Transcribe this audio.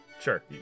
Sure